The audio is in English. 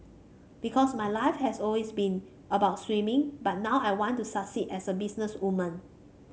because my life has always been about swimming but now I want to succeed as a businesswoman